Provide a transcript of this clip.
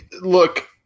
Look